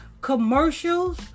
Commercials